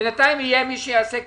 בינתיים יהיה מי שיעשה כסף.